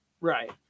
Right